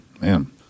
Man